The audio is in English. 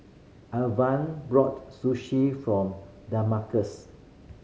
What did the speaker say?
Alvah brought Sushi from Damarcus